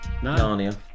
Narnia